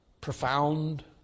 profound